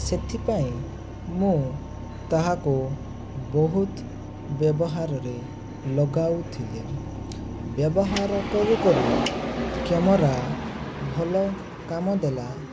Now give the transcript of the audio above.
ସେଥିପାଇଁ ମୁଁ ତାହାକୁ ବହୁତ ବ୍ୟବହାରରେ ଲଗାଉଥିଲି ବ୍ୟବହାର କରୁ କରୁ କ୍ୟାମେରା ଭଲ କାମ ଦେଲା